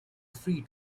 free